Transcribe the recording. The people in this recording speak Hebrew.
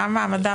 מה מעמדם?